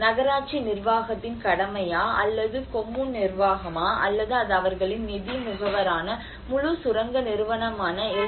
நகராட்சி நிர்வாகத்தின் கடமையா அல்லது கொம்முன் நிர்வாகமா அல்லது அது அவர்களின் நிதி முகவரான முழு சுரங்க நிறுவனமான எல்